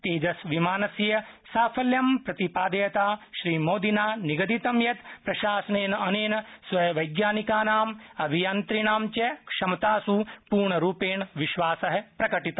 तेजस विमानस्य साफल्यं प्रतिपादयता श्रीमोदिना निगदितं यत् प्रशासनेन अनेन स्ववैज्ञानिकानां अभियन्तृणां च क्षमतासु पूर्णरूपेण विश्वास प्रकटित